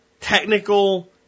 technical